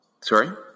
Sorry